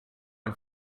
and